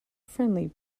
friendly